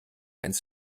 eins